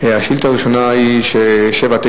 בינתיים הוגש